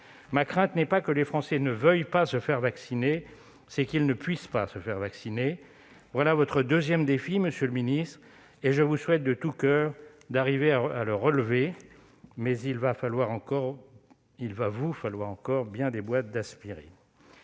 Ma crainte n'est pas que les Français ne veuillent pas se faire vacciner ; elle est qu'ils ne puissent pas le faire. Voilà votre second défi, monsieur le ministre, et je vous souhaite de tout coeur d'arriver à le relever, et il va vous falloir encore bien des boîtes d'aspirine.